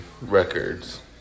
records